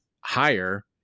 higher